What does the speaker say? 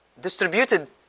distributed